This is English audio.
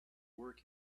work